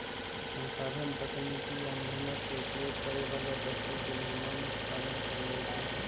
संसाधन तकनीकी आ मेहनत से उपभोग करे बला वस्तु के निर्माण उत्पादन कएल जाइ छइ